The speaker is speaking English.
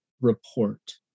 report